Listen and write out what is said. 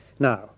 Now